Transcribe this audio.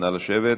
נא לשבת.